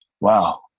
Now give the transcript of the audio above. Wow